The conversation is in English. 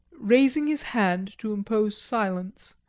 raising his hand to impose silence,